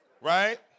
Right